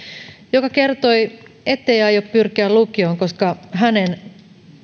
joka kertoi ettei aio pyrkiä lukioon koska hänen